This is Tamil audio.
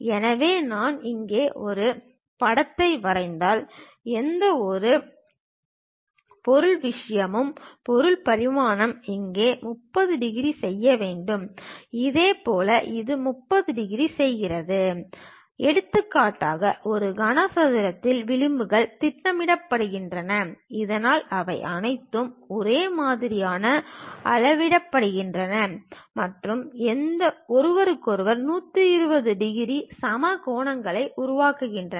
எனவே நான் இங்கே ஒரு படத்தை வரைந்தால் எந்தவொரு பொருள் விஷயமும் பொருள் பரிமாணம் இங்கே 30 டிகிரி செய்ய வேண்டும் இதேபோல் இது 30 டிகிரி செய்கிறது எடுத்துக்காட்டாக ஒரு கனசதுரத்தின் விளிம்புகள் திட்டமிடப்படுகின்றன இதனால் அவை அனைத்தும் ஒரே மாதிரியாக அளவிடப்படுகின்றன மற்றும் ஒருவருக்கொருவர் 120 டிகிரி சம கோணங்களை உருவாக்குகின்றன